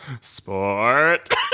Sport